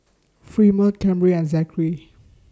Fremont Camryn and Zachary